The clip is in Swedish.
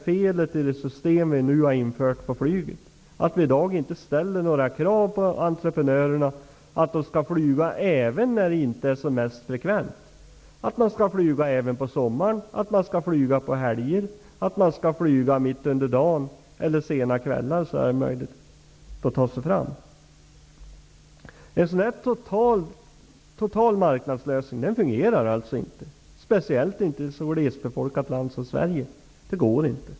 Felet i det system som har införts för flygtrafiken är att det inte ställs några krav på entreprenörerna att de skall flyga även när passagerarunderlaget inte är som mest frekvent. De skall flyga även på sommaren, på helger, mitt under dagen och på sena kvällar. Det skall ju vara möjligt att kunna ta sig fram. En total marknadslösning fungerar alltså inte, speciellt inte i ett så glesbefolkat land som Sverige. Det går inte.